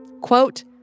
quote